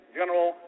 general